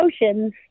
emotions